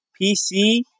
PC